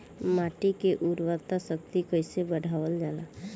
माटी के उर्वता शक्ति कइसे बढ़ावल जाला?